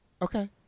Okay